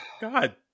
God